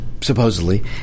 supposedly